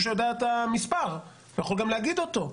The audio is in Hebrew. שיודע את המספר ויכול גם להגיד אותו.